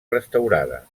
restaurada